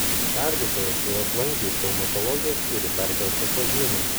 tardytojas jau aplankė į traumatologijos skyrių perkeltą kozminą